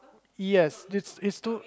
yes it's it's two